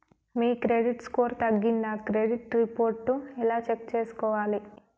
మీ credit score తగ్గిందా credit report ఎలా check చేసుకోవాలి?